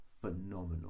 phenomenal